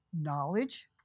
knowledge